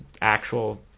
actual